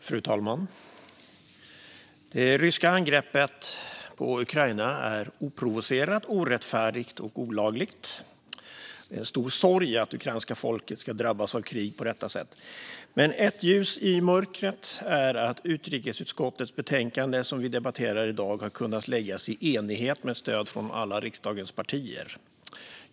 Fru talman! Det ryska angreppet på Ukraina är oprovocerat, orättfärdigt och olagligt. Det är en stor sorg att det ukrainska folket ska drabbas av krig på detta sätt. Men ett ljus i mörkret är att utrikesutskottets betänkande som vi debatterar i dag har kunnat läggas fram i enighet, med stöd från alla riksdagens partier.